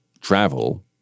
travel